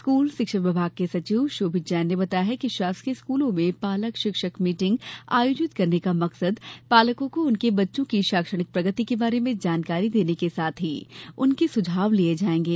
school शिक्षा विभाग के सचिव शोभित जैन ने बताया है कि शासकीय स्कूलों में पालक शिक्षक मीटिंग आयोजित करने का मकसद पालकों को उनके बच्चों की शैक्षणिक प्रगति के बारे में जानकारी देने के साथ ही उनके सुझाव लिये जायेंगे